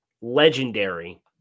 legendary